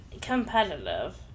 competitive